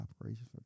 operations